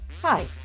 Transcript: Hi